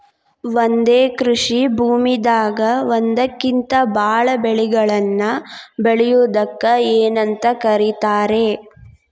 ಒಂದೇ ಕೃಷಿ ಭೂಮಿದಾಗ ಒಂದಕ್ಕಿಂತ ಭಾಳ ಬೆಳೆಗಳನ್ನ ಬೆಳೆಯುವುದಕ್ಕ ಏನಂತ ಕರಿತಾರೇ?